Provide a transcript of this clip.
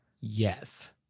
yes